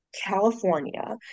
California